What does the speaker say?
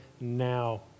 now